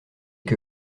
que